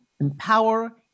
empower